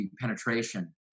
penetration